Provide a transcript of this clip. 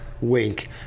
Wink